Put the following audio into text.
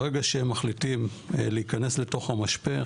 ברגע שהם מחליטים להיכנס לתוך המשפך,